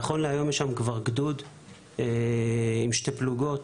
נכון להיום יש שם כבר גדוד עם שתי פלוגות.